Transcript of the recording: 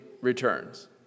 returns